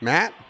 Matt